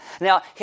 Now